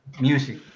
music